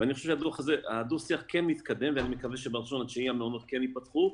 ואני חושב שהדו שיח כן מתקדם ואני מקווה שב-1.9 המעונות כן ייפתחו.